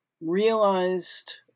realized